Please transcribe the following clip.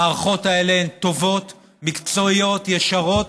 המערכות האלה טובות, מקצועיות, ישרות,